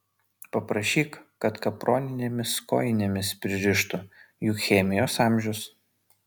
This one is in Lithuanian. paprašyk kad kaproninėmis kojinėmis pririštų juk chemijos amžius